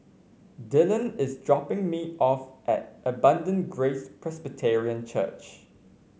Dillan is dropping me off at Abundant Grace Presbyterian Church